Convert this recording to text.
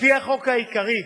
לפי החוק העיקרי,